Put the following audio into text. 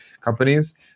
companies